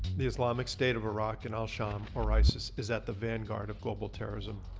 the islamic state of iraq and al sham or isis is at the vanguard of global terrorism.